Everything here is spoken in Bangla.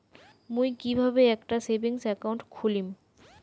মুই কিভাবে একটা সেভিংস অ্যাকাউন্ট খুলিম?